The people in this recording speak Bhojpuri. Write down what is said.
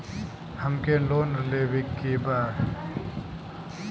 हमके लोन लेवे के बा?